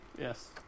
yes